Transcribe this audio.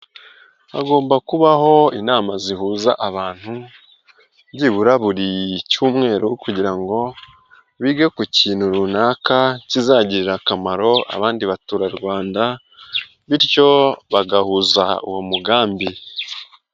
Hagomba kubaho inama zihuza abantu, byibura buri cyumweru kugira ngo bige ku kintu runaka kizagirire akamaro abandi baturarwanda, bityo bagahuza uwo mugambi.